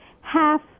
half